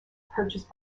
purchased